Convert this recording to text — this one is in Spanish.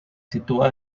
sitúa